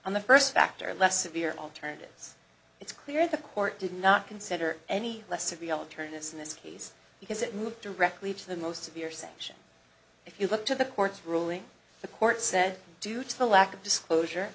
on the first factor less severe alternatives it's clear the court did not consider any less trivial turn this in this case because it moved directly to the most severe section if you look to the court's ruling the court said due to the lack of disclosure